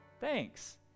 Thanks